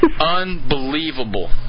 Unbelievable